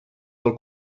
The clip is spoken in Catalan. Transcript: del